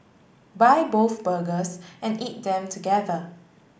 buy both burgers and eat them together